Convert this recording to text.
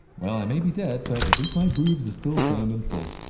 well i may be dead, but at least my boobs are still firm and full.